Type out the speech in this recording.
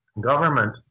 government